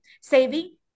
saving